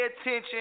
attention